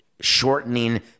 shortening